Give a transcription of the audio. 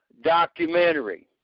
Documentary